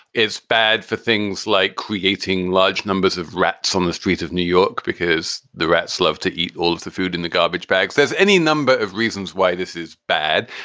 bad for things like creating large numbers of rats on the streets of new york because the rats love to eat all of the food in the garbage bags. there's any number of reasons why this is bad.